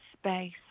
space